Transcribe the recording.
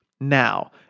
Now